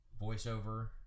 voiceover